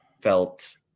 felt